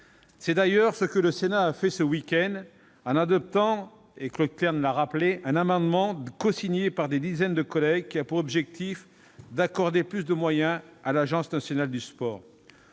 C'est d'ailleurs ce que le Sénat a fait ce week-end, en adoptant, Claude Kern l'a rappelé, un amendement cosigné par des dizaines d'entre nous visant à accorder plus de moyens à l'Agence nationale du sport.